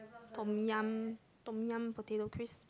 Tom Yum Tom Yum potato crips